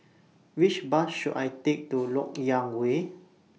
Which Bus should I Take to Lok Yang Way